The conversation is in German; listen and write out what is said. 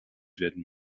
werden